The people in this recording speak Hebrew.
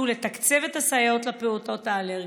ולתקצב את הסייעות לפעוטות האלרגיים?